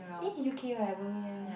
eh U_K right Birmingham